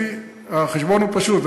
החשבון הוא פשוט.